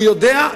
הוא יודע,